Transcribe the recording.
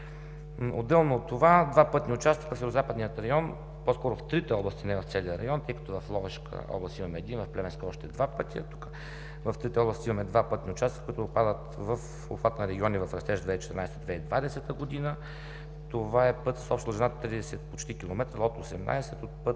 Отделно от това, два пътни участъка в Северозападния район, по-скоро в трите области, а не в целия район, тъй като в Ловешка област имаме един, в Плевенска още два пътя – в трите области имаме два пътни участъка, които попадат в обхват на „Региони в растеж“ 2014 – 2020 г. Това е път с обща дължина почти 30 км – лот 18 от „Път